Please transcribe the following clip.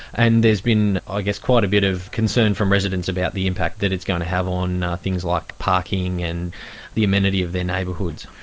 and there's been i ah guess quite a bit of concern from residents about the impact that it's going to have on things like parking and the amenity of their neighbourhoods.